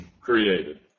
created